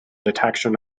detection